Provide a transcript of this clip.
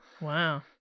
Wow